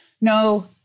No